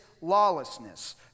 lawlessness